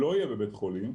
לא יהיה בבית חולים,